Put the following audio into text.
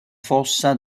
fossa